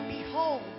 Behold